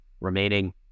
remaining